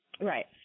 right